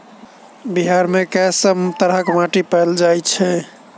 बिहार मे कऽ सब तरहक माटि पैल जाय छै?